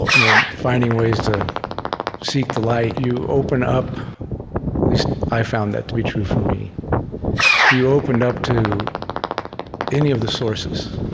and finding ways to seek the light, you open up at least, i've found that to be true, for me you opened up to any of the sources